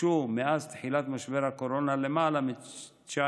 הוגשו מאז תחילת משבר הקורונה למעלה מ-19,000